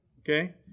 okay